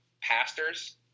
pastors